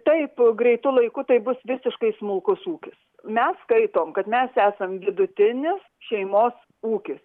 taip greitu laiku tai bus visiškai smulkus ūkis mes skaitom kad mes esam vidutinis šeimos ūkis